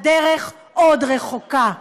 הדרך עוד רחוקה.